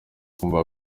kumva